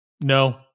No